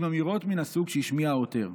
עם אמירות מן הסוג שהשמיע העותר'.